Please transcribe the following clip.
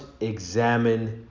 examine